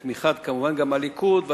גם בתמיכת הליכוד כמובן,